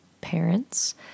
parents